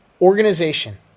organization